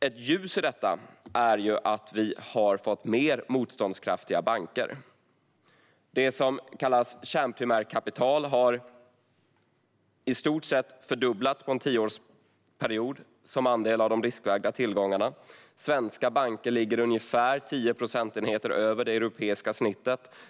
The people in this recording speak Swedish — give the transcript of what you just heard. Ett ljus i detta är att man har fått mer motståndskraftiga banker. Det som kallas kärnprimärkapital har i stort sett fördubblats under en tioårsperiod som andel av de riskvägda tillgångarna. Svenska banker ligger ungefär 10 procentenheter över det europeiska genomsnittet.